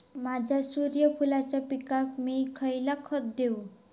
माझ्या सूर्यफुलाच्या पिकाक मी खयला खत देवू?